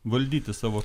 valdyti savo